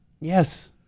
Yes